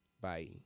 Bye